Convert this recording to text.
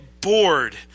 bored